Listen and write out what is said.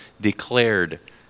declared